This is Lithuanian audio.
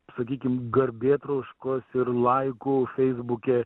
sakykim garbėtroškos ir laikų feisbuke